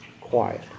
quiet